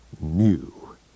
new